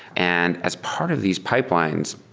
and as part of these pipelines,